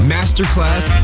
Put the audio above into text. Masterclass